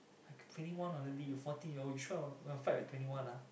I twenty one already you fourteen year old you sure you wanna fight twenty one ah